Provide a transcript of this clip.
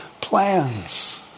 plans